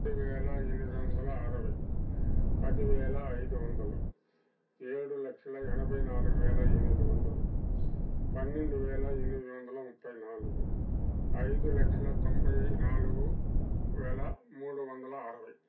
రెండు వేల ఎనిమిది వందల అరవై పది వేల ఐదు వందలు ఏడు లక్షల ఎనభై నాలుగు వేల ఎనిమిది వందలు పన్నెండు వేల ఎనిమిది వందల ముప్పై నాలుగు ఐదు లక్షల తొంభై నాలుగు వేల మూడు వందల అరవై